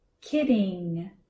kidding